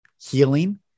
healing